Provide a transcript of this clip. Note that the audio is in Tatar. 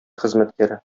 хезмәткәре